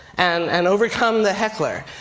and and overcome the heckler.